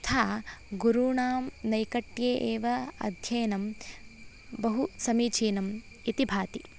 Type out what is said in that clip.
तथा गुरूणां नैक्ट्ये एव अध्ययनं बहु समीचीनम् इति भाति